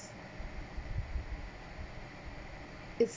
its